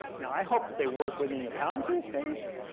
now i hope that they work within the palantir and space,